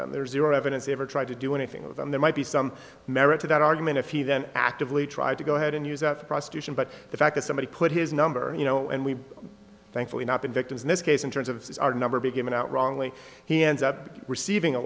them there's zero evidence he ever tried to do anything with them there might be some merit to that argument if you then actively tried to go ahead and use a prosecution but the fact is somebody put his number you know and we thankfully not been victims in this case in terms of our number be given out wrongly he ends up receiving a